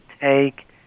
take